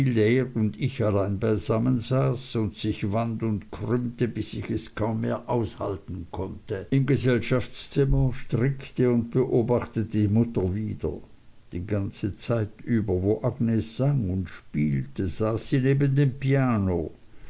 und ich allein beisammen saßen und sich wand und krümmte bis ich es kaum mehr aushalten konnte im gesellschaftszimmer strickte und beobachtete die mutter wieder die ganze zeit über wo agnes sang und spielte saß sie neben dem piano